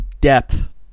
depth